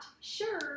sure